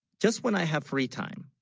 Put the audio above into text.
just when i have free time,